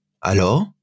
Alors